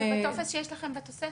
כלומר, בטופס שיש לכם בתוספת.